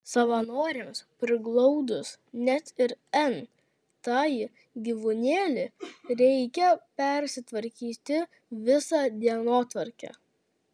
savanoriams priglaudus net ir n tąjį gyvūnėlį reikia persitvarkyti visą dienotvarkę